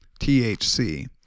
THC